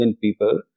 people